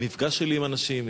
במפגש שלי עם אנשים,